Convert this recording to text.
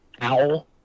owl